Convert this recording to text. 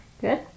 Good